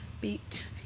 beat